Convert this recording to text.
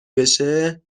بشه